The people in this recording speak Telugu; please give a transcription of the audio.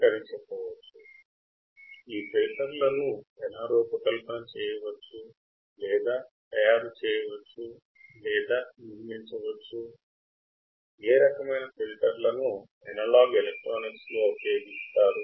అనలాగ్ ఎలక్ట్రానిక్స్ లో ఏ రకమైన ఫిల్టర్ లను ఉపయోగిస్తారు